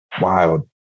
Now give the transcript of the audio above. wild